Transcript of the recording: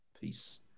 peace